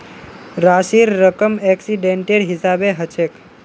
राशिर रकम एक्सीडेंटेर हिसाबे हछेक